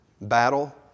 battle